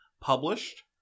published